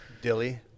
Dilly